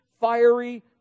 fiery